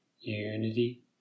unity